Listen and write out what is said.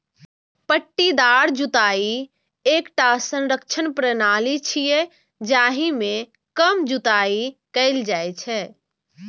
पट्टीदार जुताइ एकटा संरक्षण प्रणाली छियै, जाहि मे कम जुताइ कैल जाइ छै